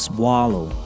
Swallow